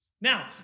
Now